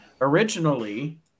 Originally